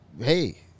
hey